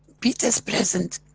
pete is present.